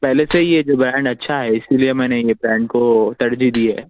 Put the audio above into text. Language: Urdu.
پہلے سے یہ جو برانڈ اچھا ہے اسی لئے میں نے یہ پینٹ کو ترجیح دی ہے